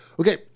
Okay